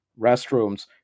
restrooms